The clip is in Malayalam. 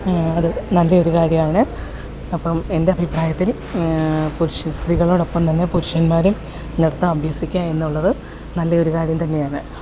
അത് നല്ല ഒരു കാര്യമാണ് അപ്പം എൻ്റെ അഭിപ്രായത്തിൽ പുരുക്ഷ സ്ത്രീകളോടൊപ്പം തന്നെ പുരുക്ഷന്മാരും നൃത്തം അഭ്യസിക്കുക എന്നുള്ളത് നല്ല ഒരു കാര്യം തന്നെയാണ്